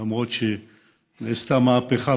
למרות שנעשתה מהפכה,